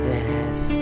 Yes